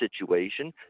situation